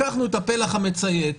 לקחנו את הפלח המציית,